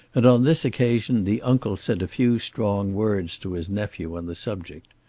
and on this occasion the uncle said a few strong words to his nephew on the subject.